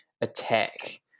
attack